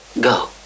Go